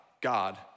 God